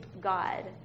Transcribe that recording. God